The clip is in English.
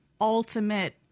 ultimate